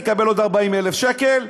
יקבל עוד 40,000 שקל,